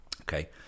Okay